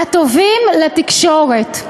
הטובים לתקשורת.